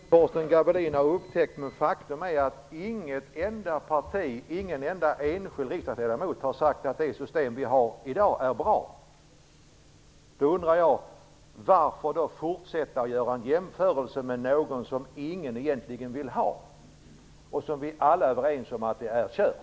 Herr talman! Jag vet inte om Torsten Gavelin har upptäckt det, men faktum är att inget enda parti och ingen enda enskild riksdagsledamot har sagt att det system som vi har i dag är bra. Då undrar jag: Varför då fortsätta att göra en jämförelse med något som ingen egentligen vill ha och som vi alla är överens om är kört?